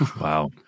Wow